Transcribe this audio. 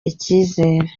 icyizere